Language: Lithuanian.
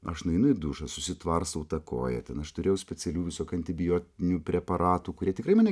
aš nueinu į dušą susitvarstau tą koją ten aš turėjau specialių visokių antibiotinių preparatų kurie tikrai mane